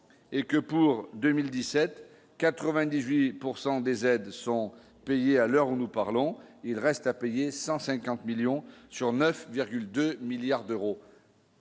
et que pour 2017 98 pourcent des aides sont payés à l'heure où nous parlons, il reste à payer 150 millions sur 9,2 milliards d'euros.